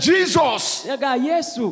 Jesus